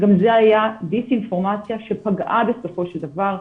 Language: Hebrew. גם זה היה דיסאינפורמציה שפגעה בסופו של דבר,